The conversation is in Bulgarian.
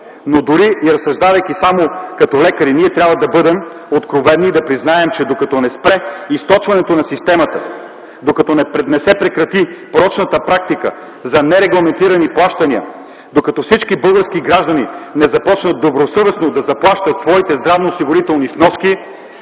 Дори и разсъждавайки само като лекари, ние трябва да бъдем откровени и да признаем, че докато не спре източването на системата, докато не се прекрати порочната практика за нерегламентирани плащания, докато всички български граждани не започнат добросъвестно да заплащат своите здравноосигурителни вноски,